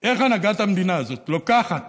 איך הנהגת המדינה הזאת לוקחת